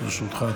לרשותך.